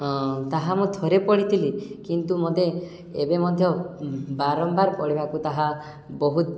ତାହା ମୁଁ ଥରେ ପଢ଼ିଥିଲି କିନ୍ତୁ ମୋତେ ଏବେ ମଧ୍ୟ ବାରମ୍ବାର ପଢ଼ିବାକୁ ତାହା ବହୁତ